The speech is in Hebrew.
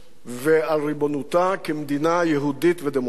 ועל ריבונותה כמדינה יהודית ודמוקרטית.